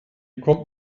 kommt